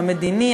המדיני,